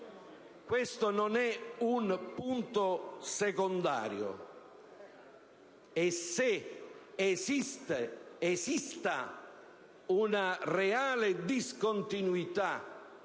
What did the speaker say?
(questo non è un punto secondario); se esiste una reale discontinuità